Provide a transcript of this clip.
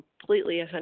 completely